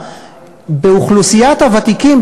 באוכלוסיית הוותיקים,